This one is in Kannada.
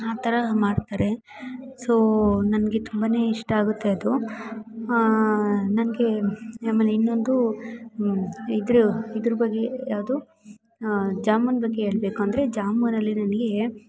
ಆ ಥರ ಮಾಡ್ತಾರೆ ಸೊ ನನಗೆ ತುಂಬಾ ಇಷ್ಟ ಆಗುತ್ತೆ ಅದು ನನಗೆ ಆಮೇಲೆ ಇನ್ನೊಂದು ಇದ್ರ ಇದ್ರ ಬಗ್ಗೆ ಯಾವುದು ಜಾಮೂನ್ ಬಗ್ಗೆ ಹೇಳ್ಬೇಕು ಅಂದರೆ ಜಾಮೂನಲ್ಲಿ ನನಗೆ